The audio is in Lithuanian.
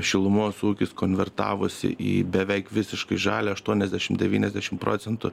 šilumos ūkis konvertavosi į beveik visiškai žalią aštuoniasdešimt devyniasdešimt procentų